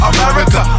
America